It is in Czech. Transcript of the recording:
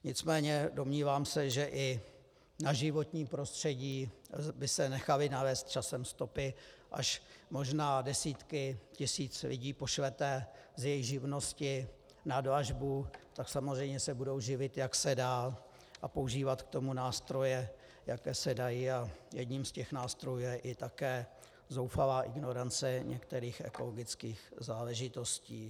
Nicméně domnívám se, že i na životním prostředí by se nechaly nalézt časem stopy, až možná desítky tisíc lidí pošlete z jejich živnosti na dlažbu, tak samozřejmě se budou živit, jak se dá, a používat k tomu nástroje, jaké se dají, a jedním z těch nástrojů je i také zoufalá ignorace některých ekologických záležitostí.